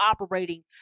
operating